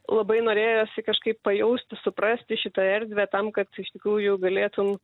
labai norėjosi kažkaip pajausti suprasti šitą erdvę tam kad iš tikrųjų galėtum